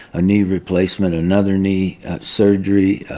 a knee replacement, another knee surgery.